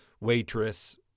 waitress